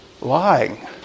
lying